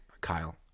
Kyle